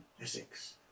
Essex